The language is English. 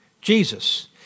Jesus